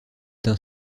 d’un